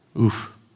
Oof